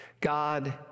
god